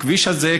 הכביש הזה,